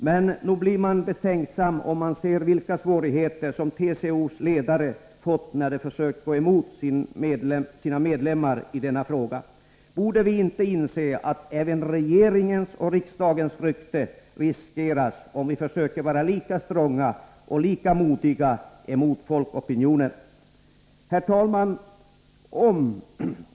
Men nog blir man betänksam när man ser vilka svårigheter som TCO:s ledare fått när de försökt gå emot sina medlemmar i denna fråga. Borde vi inte inse att även regeringens och riksdagens rykte riskeras, om vi försöker vara lika ”stronga” och ”modiga” mot folkopinionen? Herr talman!